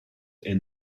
and